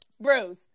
Bruce